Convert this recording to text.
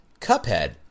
Cuphead